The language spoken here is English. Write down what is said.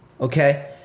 okay